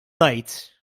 ngħid